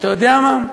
אתה יודע מה?